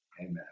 amen